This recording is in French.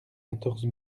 quatorze